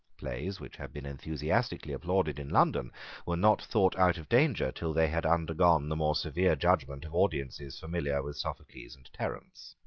plays which had been enthusiastically applauded in london were not thought out of danger till they had undergone the more severe judgment of audiences familiar with sophocles and terence.